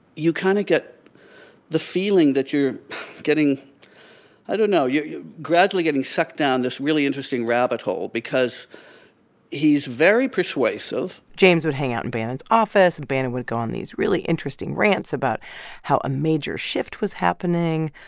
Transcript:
you kind of get the feeling that you're getting i don't know you're you're gradually getting sucked down this really interesting rabbit hole because he's very persuasive james would hang out in bannon's office and bannon would go on these really interesting rants about how a major shift was happening,